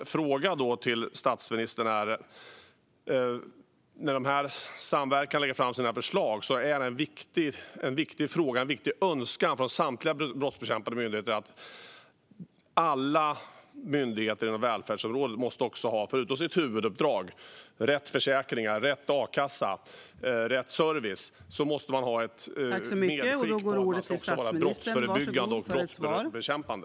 I samband med att brottsbekämpande myndigheter samverkar och lägger fram sina förslag är en viktig önskan att alla myndigheter inom välfärdsområdet ska ha - förutom att utföra sitt huvuduppdrag, rätt försäkringar, rätt a-kassa, rätt service - ett medskick att de också ska agera brottsförebyggande och brottsbekämpande.